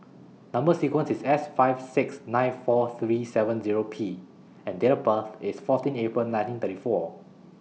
Number sequence IS S five six nine four three seven Zero P and Date of birth IS fourteen April nineteen thirty four